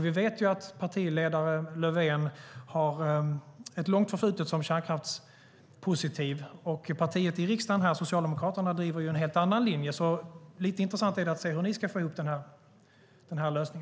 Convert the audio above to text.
Vi vet att partiledare Löfven har ett långt förflutet som kärnkraftspositiv. Men socialdemokraterna i riksdagen driver en helt annan linje. Det är lite intressant att se hur ni ska få ihop detta.